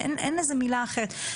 אין לזה מילה אחרת.